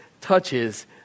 touches